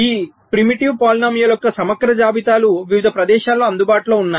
ఈ ఆదిమ బహుపదాల యొక్క సమగ్ర జాబితాలు వివిధ ప్రదేశాలలో అందుబాటులో ఉన్నాయి